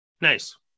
Nice